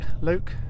Luke